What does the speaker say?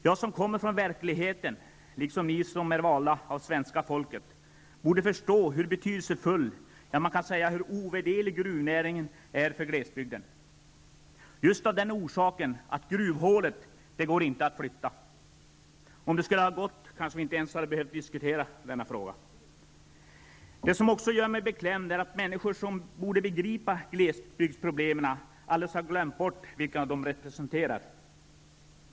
Jag, som kommer från verkligheten, liksom ni som är valda av svenska folket, borde förstå hur betydelsefull, ja, man kan säga hur ovärderlig gruvnäringen är för glesbygden, just av den orsaken att gruvhålet inte går att flytta. Om det skulle ha gått, kanske vi inte ens hade behövt diskutera denna fråga. Det som också gör mig beklämd är att människor som borde begripa glesbygdsproblemen alldeles har glömt bort vilka de representerar.